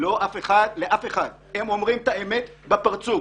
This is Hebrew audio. לאף אחד ואומרים את האמת בפרצוף.